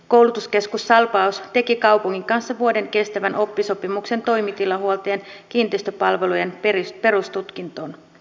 koulutuskeskus salpaus teki kaupungin kanssa vuoden kestävän oppisopimuksen toimitilahuoltojen kiinteistöpalvelujen perustutkintoon